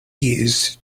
used